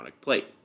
plate